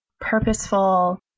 purposeful